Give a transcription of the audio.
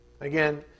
Again